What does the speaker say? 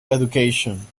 education